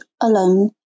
alone